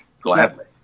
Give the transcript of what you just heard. gladly